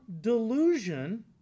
delusion